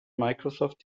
microsoft